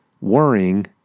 worrying